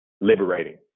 Liberating